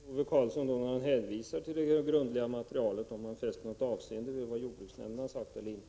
Herr talman! Eftersom Ove Karlsson hänvisar till det grundliga materialet, vill jag fråga om han fäster något avseende vid vad jordbruksnämnden har sagt.